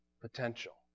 potential